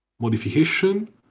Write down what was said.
Modification